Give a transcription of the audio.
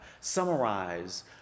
summarize